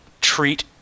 treat